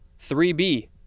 3b